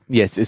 yes